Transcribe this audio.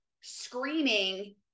screaming